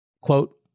Quote